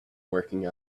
working